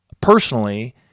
personally